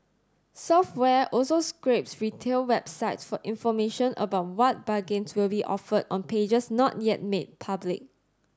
software also scrapes retail websites for information about what bargains will be offered on pages not yet made public